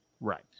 Right